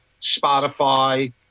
Spotify